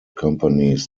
companies